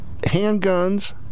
handguns